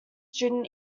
student